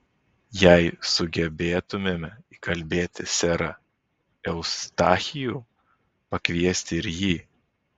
jei sugebėtumėme įkalbėti serą eustachijų pakviesti ir jį